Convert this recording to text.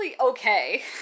okay